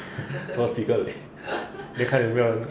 four figure leh then 看有没有人